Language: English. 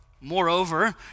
Moreover